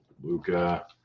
Luca